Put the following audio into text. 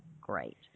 great